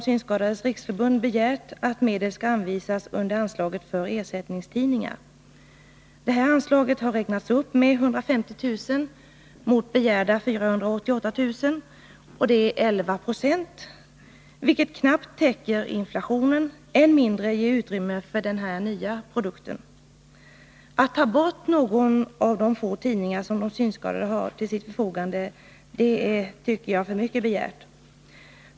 Synskadades riksförbund har begärt att medel skall anvisas under anslaget för ersättningstidningar fr.o.m. den 1 juli. Detta anslag har räknats upp med 150 000 mot begärda 488 000, dvs. 11 96, vilket knappt täcker inflationen, än mindre ger utrymme för denna nya produkt. Att ta bort någon annan av de få tidningar som de synskadade har till sitt förfogande är, tycker jag, för mycket begärt.